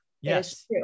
Yes